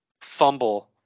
fumble